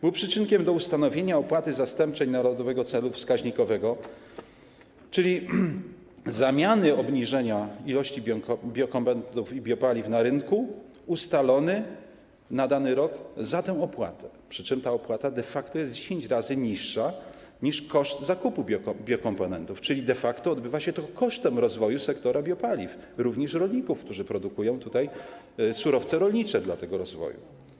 Był on przyczynkiem do ustanowienia opłaty zastępczej, narodowego celu wskaźnikowego, czyli zamiany obniżenia ilości biokomponentów i biopaliw na rynku ustalonego na dany rok za tę opłatę, przy czym ta opłata de facto jest 10 razy niższa niż koszt zakupu biokomponentów, czyli odbywa się to kosztem rozwoju sektora biopaliw, również rolników, którzy produkują surowce rolnicze potrzebne dla tego rozwoju.